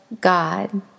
God